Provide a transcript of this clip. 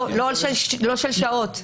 לא של שעות.